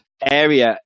area